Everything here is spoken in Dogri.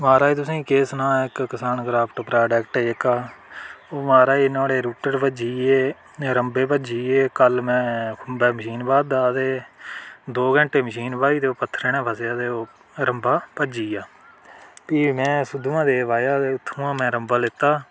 महाराज तुसेंगी केह् सनां इक किसान कार्फ्ट उप्पर प्रोडक्ट जेह्का ओह् महाराज नुआढ़े रुटर भज्जी गे रम्बे भज्जी गे कल में खुम्बै मशीन बाह् दा हा ते दौ घैंटे मशीन बाही ते ओह् पत्थरें ने फसेआ ते ओह् रम्बा भज्जी गेआ फ्ही में सुद्ध महादेव आया ते उत्थुआं में रम्बा लेता